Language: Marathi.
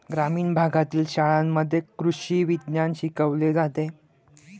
ग्रामीण भागातील शाळांमध्ये कृषी विज्ञान शिकवले जाते